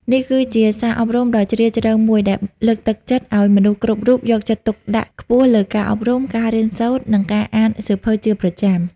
នេះគឺជា សារអប់រំដ៏ជ្រាលជ្រៅមួយ ដែលលើកទឹកចិត្តឱ្យមនុស្សគ្រប់រូបយកចិត្តទុកដាក់ខ្ពស់លើ ការអប់រំ ការរៀនសូត្រ និងការអានសៀវភៅ ជាប្រចាំ។